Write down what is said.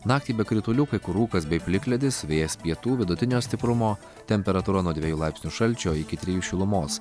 naktį be kritulių kai kur rūkas bei plikledis vėjas pietų vidutinio stiprumo temperatūra nuo dviejų laipsnių šalčio iki trijų šilumos